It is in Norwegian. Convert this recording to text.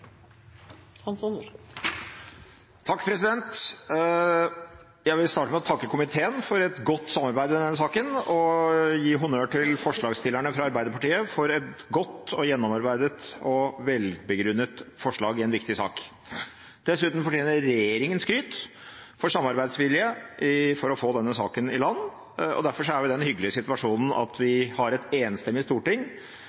Jeg vil starte med å takke komiteen for et godt samarbeid i denne saken og gi honnør til forslagsstillerne fra Arbeiderpartiet for et godt, gjennomarbeidet og velbegrunnet forslag i en viktig sak. Dessuten fortjener regjeringen skryt for samarbeidsvilje for å få denne saken i land. Derfor er vi i den hyggelige situasjonen at vi